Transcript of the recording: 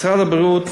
משרד הבריאות